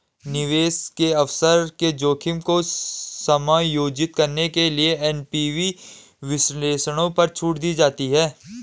निवेश के अवसर के जोखिम को समायोजित करने के लिए एन.पी.वी विश्लेषणों पर छूट दी जाती है